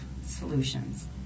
solutions